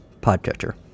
podcatcher